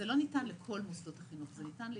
זה לא ניתן לכל מוסדות החינוך, זה ניתן ליסודי,